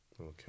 Okay